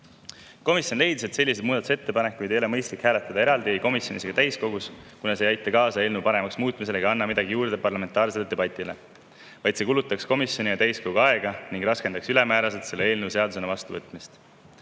Komisjon leidis, et selliseid muudatusettepanekuid ei ole mõistlik eraldi hääletada ei komisjonis ega täiskogus, kuna see ei aita kaasa eelnõu paremaks muutmisele ega anna midagi juurde parlamentaarsele debatile, vaid see kulutaks komisjoni ja täiskogu aega ning raskendaks ülemääraselt selle eelnõu seadusena vastuvõtmist.